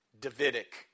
Davidic